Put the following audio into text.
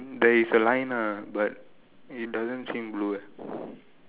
there is a line ah but it doesn't seem blue eh